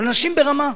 אבל אנשים ברמה,